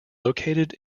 located